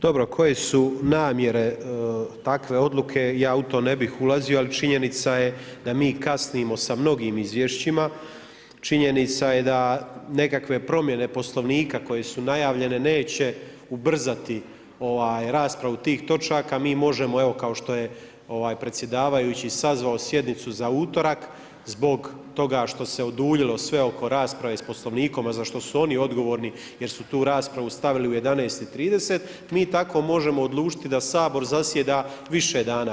Dobro, koje su namjere takve odluke, ja u to ne bih ulazio, ali činjenica je da mi kasnimo sa mnogim izvješćima, činjenica je da nekakve promjene Poslovnika, koje su najavljene neće ubrzati raspravu tih točaka, mi možemo, kao što je predsjedavajući sazvao sjednicu za utorak, zbog toga što se oduljilo sve oko rasprave s poslovnikom, a za što su oni odgovorni, jer su tu raspravu stavili u 11,30 mi tako možemo odlučiti da Sabor zasjeda više dana.